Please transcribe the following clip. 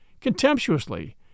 contemptuously